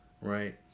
right